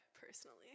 personally